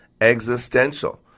Existential